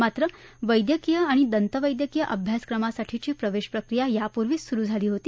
मात्र वैद्यकीय आणि दंतवैद्यकीय अभ्यासक्रमासाठीची प्रवेशप्रक्रिया यापूर्वीच सुरु झाली होती